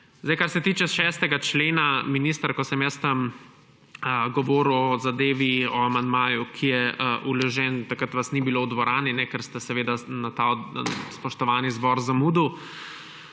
temu. Kar se tiče 6. člena, minister, ko sem tam govoril o zadevi, o amandmaju, ki je vložen, takrat vas ni bilo v dvorani, ker ste seveda na ta spoštovani zbor zamudili,